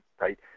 right